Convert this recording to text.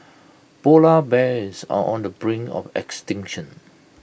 Polar Bears are on the brink of extinction